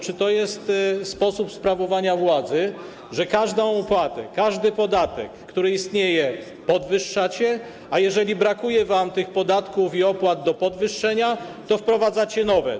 Czy to jest sposób sprawowania władzy, że każdą opłatę, każdy podatek, który istnieje, podwyższacie, a jeżeli brakuje wam tych podatków i opłat do podwyższenia, to wprowadzacie nowe?